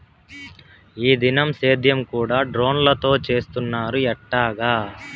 ఈ దినం సేద్యం కూడ డ్రోన్లతో చేస్తున్నారు ఎట్టాగా